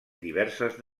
diverses